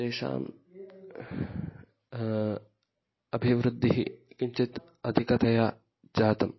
तेषाम् अभिवृद्धिः किञ्चित् अधिकतया जातम्